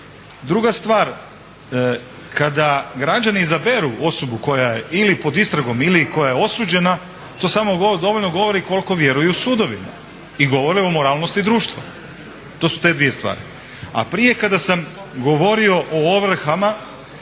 Druga stvar kada građani izaberu osoba koja je ili pod istragom, ili koja je osuđena to samo dovoljno govori koliko vjeruju sudovima i govore o moralnosti društva. To su te dvije stvari. A prije kada sam govorio o ovrhama,